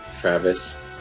Travis